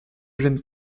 gêne